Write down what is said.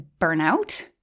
burnout